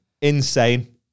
insane